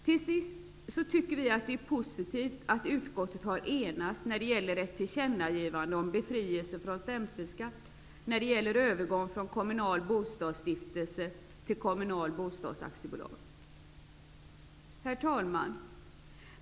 Till sist tycker vi att det är positivt att utskottet har enats om ett tillkännagivande om befrielse från stämpelskatten när det gäller övergång från kommunal bostadsstiftelse till kommunalt bostadsaktiebolag. Herr talman!